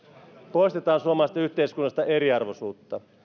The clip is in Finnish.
poistetaan suomalaisesta yhteiskunnasta eriarvoisuutta